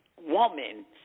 woman